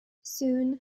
soon